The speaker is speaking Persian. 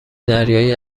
دریایی